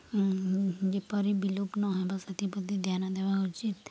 ଯେପରି ବିଲୋପ ନହେବ ସେଥିପ୍ରତି ଧ୍ୟାନ ଦେବା ଉଚିତ